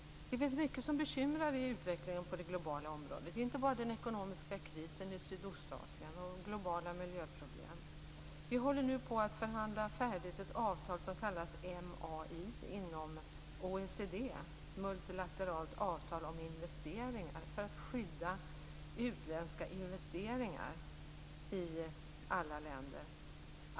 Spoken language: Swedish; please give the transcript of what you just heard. Det finns mycket som bekymrar i utvecklingen på det globala området. Det är inte bara den ekonomiska krisen i Sydostasien och globala miljöproblem. Vi håller nu på att förhandla färdigt ett avtal som kallas MAI inom OECD, multilateralt avtal om investeringar, för att skydda utländska investeringar i alla länder.